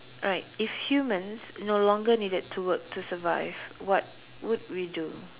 alright if humans no longer needed to work to survive what would we do